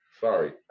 sorry